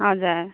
हजुर